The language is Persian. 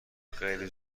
خیلی